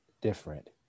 different